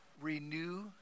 renew